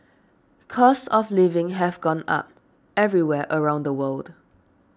costs of living have gone up everywhere around the world